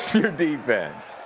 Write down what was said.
your defense.